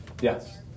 Yes